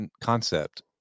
concept